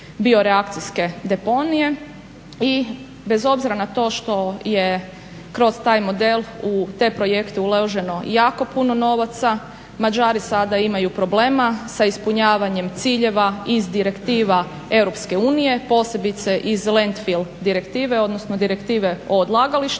bioreakcijske deponije. I bez obzira na to što je kroz taj model u te projekte uloženo jako puno novaca. Mađari sada imaju problema sa ispunjavanjem ciljeva iz direktiva Europske unije posebice iz Landfiel direktive, odnosno direktive o odlagalištima